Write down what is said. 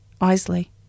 Isley